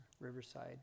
Riverside